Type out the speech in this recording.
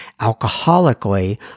alcoholically